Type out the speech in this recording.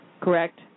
Correct